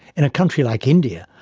in a country like india,